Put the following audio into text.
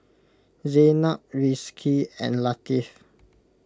Zaynab Rizqi and Latif